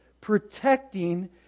protecting